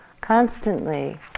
constantly